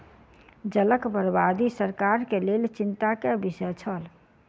जलक बर्बादी सरकार के लेल चिंता के विषय छल